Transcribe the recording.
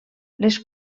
les